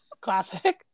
Classic